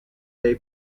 dai